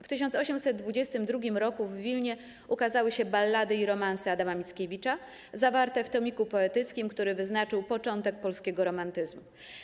W 1822 roku w Wilnie ukazały się 'Ballady i romanse' Adama Mickiewicza, zawarte w tomiku poetyckim, który wyznaczył początek polskiego romantyzmu.